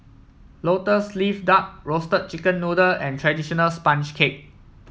Lotus Leaf Duck Roasted Chicken Noodle and traditional sponge cake